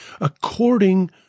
according